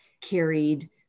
carried